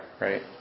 right